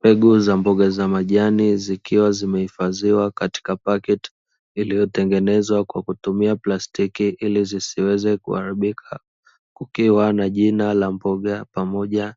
Mbegu za mboga za majani zikiwa zimehifadhiwa katika paketi, iliyotengenezwa kwa kutumia plastiki ili zisiweze kuharibika, kukiwa na jina la mboga pamoja